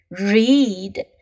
Read